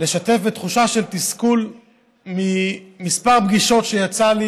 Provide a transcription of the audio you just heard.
לשתף בתחושה של תסכול מכמה פגישות שהיו לי